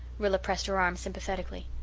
rilla pressed her arm sympathetically.